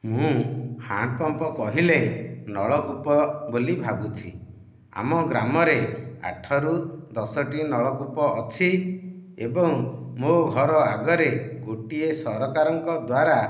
ମୁଁ ହାଣ୍ଡପମ୍ପ କହିଲେ ନଳକୂପ ବୋଲି ଭାବୁଛି ଆମ ଗ୍ରାମ ରେ ଆଠ ରୁ ଦଶ ଟି ନଳକୂପ ଅଛି ଏବଂ ମୋ ଘର ଆଗରେ ଗୋଟିଏ ସରକାର ଙ୍କ ଦ୍ୱାରା